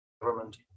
government